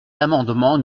l’amendement